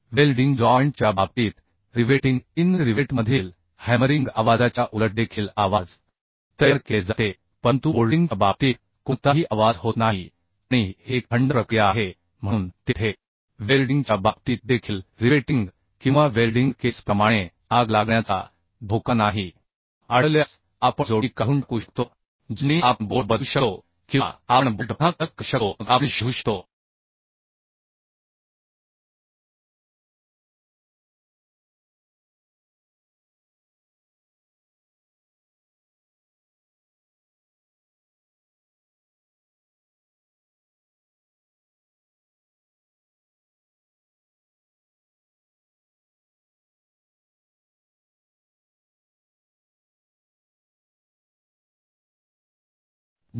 welding joint च्या बाबतीत riveting in रिवेटमधील हॅमरिंग आवाजाच्या उलट देखील आवाज तयार केले जाते परंतु बोल्टिंगच्या बाबतीत कोणताही आवाज होत नाही आणि ही एक थंड प्रक्रिया आहे म्हणून तेथे वेल्डिंगच्या बाबतीत देखील रिवेटिंग किंवा वेल्डिंग केसप्रमाणे आग लागण्याचा धोका नाही त्यामुळे आगीचा धोका नाही आणि बोल्ट जोडणीचा आणखी एक मोठा फायदा आपल्याला आढळतो तो म्हणजे हा बोल्ट सदोष बोल्टिंग किंवा नुकसान झाल्यास सहजपणे बदलले किंवा पुन्हा कडक केले जावे रिवेट जोडणी किंवा वेल्ड जोडणीच्या उलट अपघात किंवा धोक्यांमुळे बोल्ट जोडणीत काहीतरी गडबड असल्याचे आढळल्यास आपण जोडणी काढून टाकू शकतो जोडणी आपण बोल्ट बदलू शकतो किंवा आपण बोल्ट पुन्हा कडक करू शकतो मग आपण शोधू शकतो